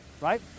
Right